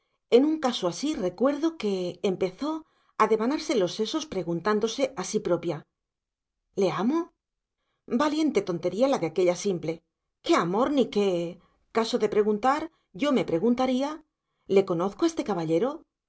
en un caso así recuerdo que empezó a devanarse los sesos preguntándose a sí propia le amo valiente tontería la de aquella simple qué amor ni qué caso de preguntar yo me preguntaría le conozco a este caballero